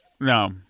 No